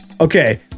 okay